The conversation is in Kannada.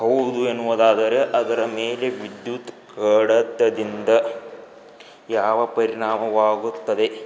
ಹೌದು ಎನ್ನುವುದಾದರೆ ಅದರ ಮೇಲೆ ವಿದ್ಯುತ್ ಕಡಿತದಿಂದ ಯಾವ ಪರಿಣಾಮವಾಗುತ್ತದೆ